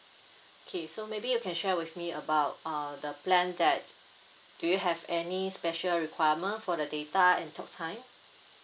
okay so maybe you can share with me about uh the plan that do you have any special requirement for the data and talk time